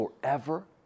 forever